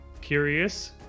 curious